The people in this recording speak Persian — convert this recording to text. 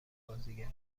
بازیگر